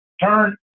turn